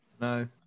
No